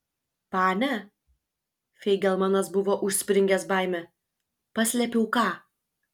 pane feigelmanas buvo užspringęs baime paslėpiau ką